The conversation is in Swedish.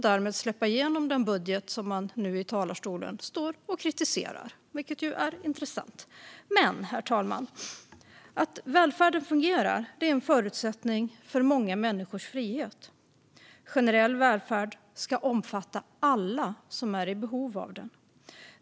Därmed släppte de igenom den budget som de nu i talarstolen står och kritiserar, vilket är intressant. Herr talman! Att välfärden fungerar är en förutsättning för många människors frihet. Generell välfärd ska omfatta alla som är i behov av den.